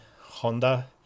Honda